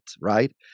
right